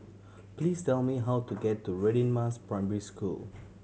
please tell me how to get to Radin Mas Primary School